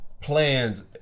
plans